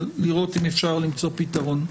אבל לראות אם אפשר למצוא פתרון.